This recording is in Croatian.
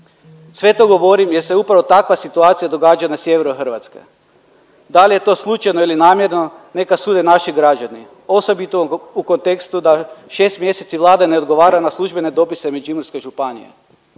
Sve to govorim jer se upravo takva situacija događa na sjeveru Hrvatske. Da li je to slučajno ili namjerno neka sude naši građani osobito u kontekstu da 6 mjeseci Vlada ne odgovara na službene dopise Međimurske županije.